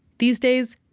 these days,